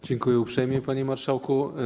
Dziękuję uprzejmie, panie marszałku.